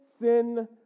sin